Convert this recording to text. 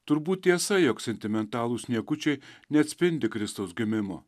turbūt tiesa jog sentimentalūs niekučiai neatspindi kristaus gimimo